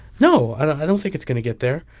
no. i don't think it's going to get there.